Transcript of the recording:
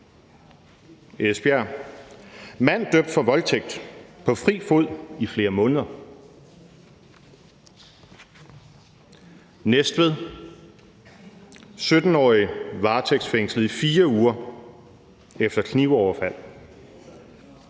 Esbjerg: »Mand dømt for voldtægt: På fri fod i flere måneder«. Næstved: »17-årig varetægtsfængslet i fire uger efter knivoverfald«.